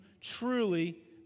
truly